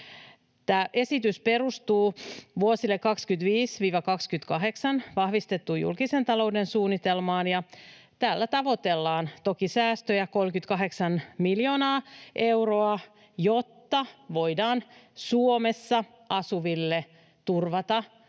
Tämä esitys perustuu vuosille 25—28 vahvistettuun julkisen talouden suunnitelmaan, ja tällä tavoitellaan toki säästöjä 38 miljoonaa euroa, jotta voidaan Suomessa asuville turvata